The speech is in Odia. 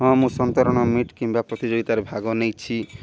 ହଁ ମୁଁ ସନ୍ତରଣ ମିଟ୍ କିମ୍ବା ପ୍ରତିଯୋଗିତାରେ ଭାଗ ନେଇଛି